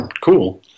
cool